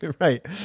right